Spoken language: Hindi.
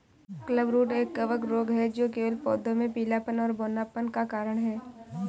क्लबरूट एक कवक रोग है जो केवल पौधों में पीलापन और बौनापन का कारण है